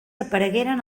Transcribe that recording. aparegueren